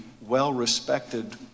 well-respected